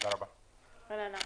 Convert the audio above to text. רננה,